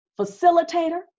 facilitator